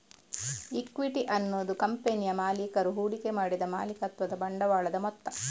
equity ಅನ್ನುದು ಕಂಪನಿಯ ಮಾಲೀಕರು ಹೂಡಿಕೆ ಮಾಡಿದ ಮಾಲೀಕತ್ವದ ಬಂಡವಾಳದ ಮೊತ್ತ